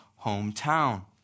hometown